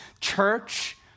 church